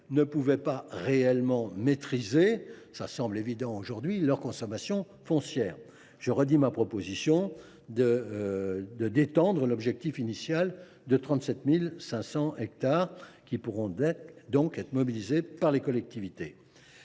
ne pouvaient pas réellement maîtriser – cela semble aujourd’hui évident – leur consommation foncière. Je le redis, ma proposition permet de détendre l’objectif initial de 37 500 hectares, qui pourront donc être mobilisés par les collectivités